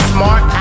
Smart